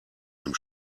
dem